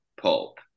pulp